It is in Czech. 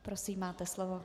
Prosím, máte slovo.